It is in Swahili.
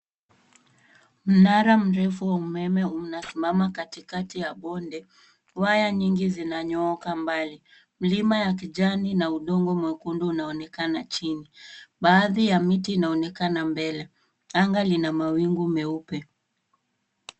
Mnara mrefu wa umeme unasimama katikati ya bonde. Waya nyingi zinanyooka mbali. Milima ya kijani na udongo mwekundu unaonekana chini. Baahdhi ya miti inaonekana mbele. Anga lina mawingu meupe.